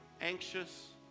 anxious